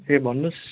ए भन्नुहोस्